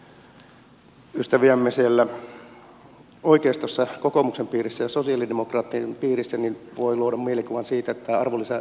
jos katsoo ystäviämme siellä oikeistossa kokoomuksen piirissä ja sosialidemokraattien piirissä niin voi luoda mielikuvan siitä että tämä arvonlisäverokeskustelu on hiukan kiusallista